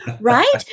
Right